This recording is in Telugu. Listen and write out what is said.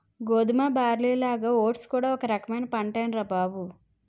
గోధుమ, బార్లీలాగా ఓట్స్ కూడా ఒక రకమైన పంటేనురా బాబూ